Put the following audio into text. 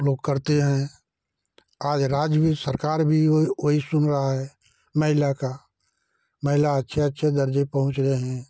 लोग करते हैं आज राज्य सरकार भी वही वही सुन रहा है महिला का महिला अच्छे अच्छे दर्जे पर पहुँच रही हैं